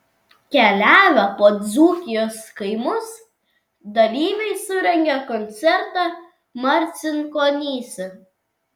keliavę po dzūkijos kaimus dalyviai surengė koncertą marcinkonyse